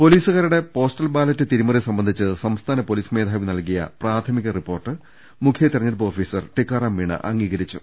പൊലീസുകാരുടെ postal ballot തിരിമറി സംബന്ധിച്ച് സംസ്ഥാന പൊലീസ് മേധാവി നൽകിയ പ്രാഥമിക റിപ്പോർട്ട് മുഖ്യ തെരഞ്ഞെടുപ്പ് ഓഫീസർ ടീക്കാറാം മീണ അംഗീകരിച്ചു